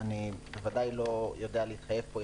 אני בוודאי לא יודע להתחייב פה.